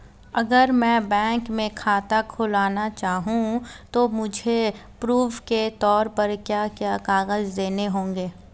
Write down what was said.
अगर मैं बैंक में खाता खुलाना चाहूं तो मुझे प्रूफ़ के तौर पर क्या क्या कागज़ देने होंगे?